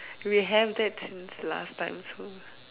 we have that since last time so